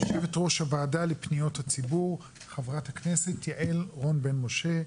יו"ר הוועדה לפניות הציבור ח"כ יעל רון בן משה,